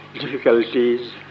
difficulties